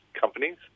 companies